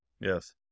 Yes